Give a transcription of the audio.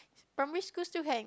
primary school still can